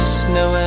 snow